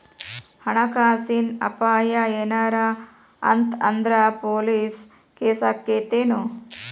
ಹಣ ಕಾಸಿನ್ ಅಪಾಯಾ ಏನರ ಆತ್ ಅಂದ್ರ ಪೊಲೇಸ್ ಕೇಸಾಕ್ಕೇತೆನು?